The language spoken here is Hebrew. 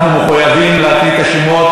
אנחנו מחויבים להקריא את השמות,